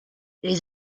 les